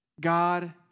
God